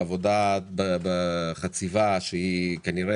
על העבודה בחציבה שנמצאת